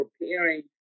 preparing